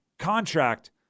contract